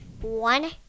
One